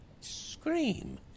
scream